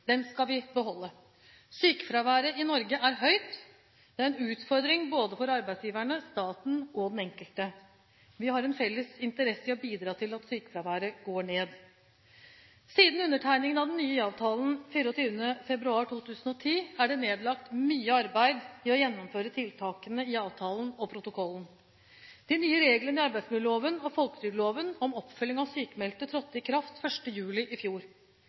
Den skal vi beholde. Sykefraværet i Norge er høyt. Det er en utfordring for både arbeidsgiverne, staten og den enkelte. Vi har en felles interesse i å bidra til at sykefraværet går ned. Siden undertegningen av den nye IA-avtalen 24. februar 2010, er det nedlagt mye arbeid i å gjennomføre tiltakene i avtalen og protokollen. De nye reglene i arbeidsmiljøloven og folketrygdloven om oppfølging av sykmeldte trådte i kraft 1. juli i fjor.